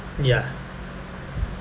ya